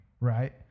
right